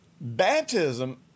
baptism